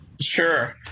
Sure